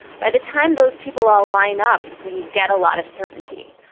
by the time those people all line up, we get a lot of certainty.